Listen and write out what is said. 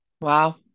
Wow